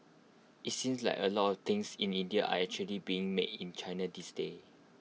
IT seems like A lot things in India are actually being made in China these days